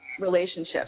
relationship